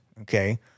okay